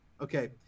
Okay